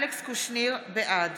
בעד